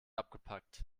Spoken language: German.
abgepackt